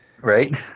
Right